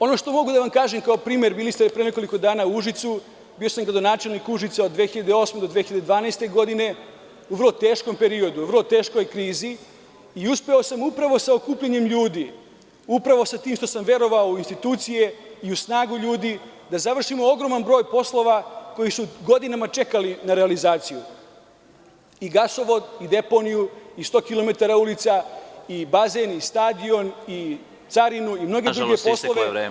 Ono što mogu da vam kažem kao primer, bili ste pre nekoliko dana u Užicu, bio sam gradonačelnik Užica od 2008. do 2012. godine u vrlo teškom periodu, vrlo teškoj krizi, jeste da smo uspeli sa okupljanjem ljudi, sa tim što sam verovao u institucije, u snagu ljudi, da završimo ogroman broj poslova, koji su godinama čekali na realizaciju, i gasovod, i deponiju, i 100 kilometara ulica, i bazen, i stadion, i carinu, kao i mnoge druge poslove.